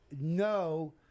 no